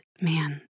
Man